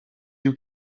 you